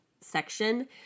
section